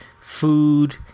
Food